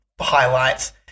highlights